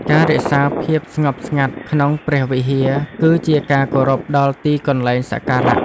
ការរក្សាភាពស្ងប់ស្ងាត់ក្នុងព្រះវិហារ គឺជាការគោរពដល់ទីកន្លែងសក្ការៈ។